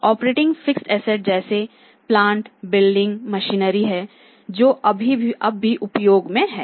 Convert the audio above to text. operating fixed assets जैसे plant building machinery हैं जो अभी भी उपयोग में हैं